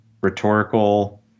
rhetorical